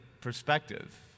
perspective